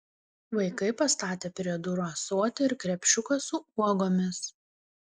vaikai pastatė prie durų ąsotį ir krepšiuką su uogomis